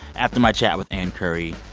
after my chat with ann curry,